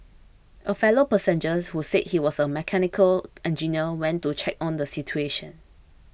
a fellow passengers who said he was a mechanical engineer went to check on the situation